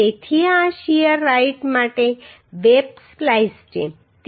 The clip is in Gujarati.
તેથી આ શીયર રાઈટ માટે વેબ સ્પ્લાઈસ છે